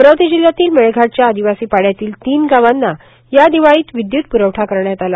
अमरावती जिल्ह्यातील मेळघाटच्या आदिवासी पाइयातील तीन गावांना या दिवाळीत विद्युत प्रवठा करण्यात आला